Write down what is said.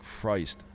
Christ